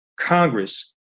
Congress